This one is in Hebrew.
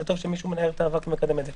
וטוב שמישהו מנהל את המאבק ומקדם את זה.